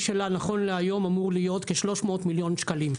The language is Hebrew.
שלה נכון להיות אמור להיות כ-300 מיליון שקלים,